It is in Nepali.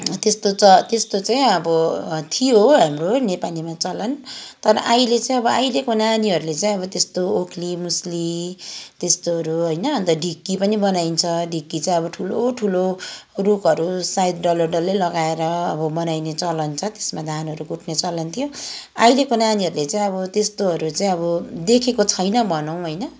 त्यस्तो च त्यस्तो चाहिँ अब थियो हाम्रो नेपालीमा चलन तर अहिले चाहिँ अहिलेको नानीहरूले चाहिँ अब त्यस्तो ओख्ली मुस्ली त्यस्तोहरू होइन अन्त ढिकी पनि बनाइन्छ ढिकी चाहिँ ठुलो ठुलो रुखहरू सायद डल्लै डल्लै लगाएर अब बनाइने चलन छ त्यसमा धानहरू कुट्ने चलन थियो अहिलेको नानीहरूले चाहिँ अब त्यस्तोहरू चाहिँ अब देखेको छैन भनौँ होइन